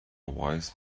wise